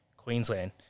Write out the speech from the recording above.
Queensland